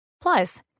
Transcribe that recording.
Plus